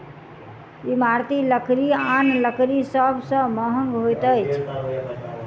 इमारती लकड़ी आन लकड़ी सभ सॅ महग होइत अछि